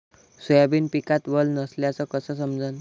Soybean पिकात वल नसल्याचं कस समजन?